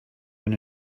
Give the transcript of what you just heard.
been